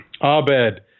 Abed